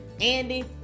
Andy